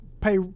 pay